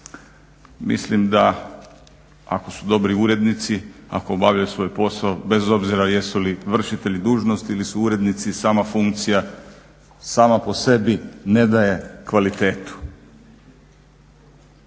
Mislim da ako su dobri urednici, ako obavljaju svoj posao bez obzira jesu li vršitelji dužnosti ili su urednici sama funkcija sama po sebi ne daje kvalitetu.